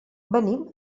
venim